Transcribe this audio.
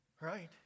Right